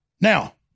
Now